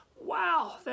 wow